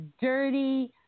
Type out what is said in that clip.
dirty